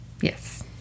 Yes